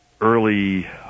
early